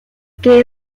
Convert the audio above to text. que